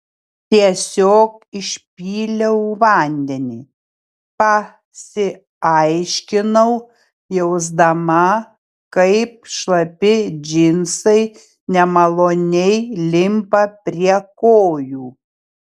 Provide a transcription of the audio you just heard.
tiesiog išpyliau vandenį pasiaiškinau jausdama kaip šlapi džinsai nemaloniai limpa prie kojų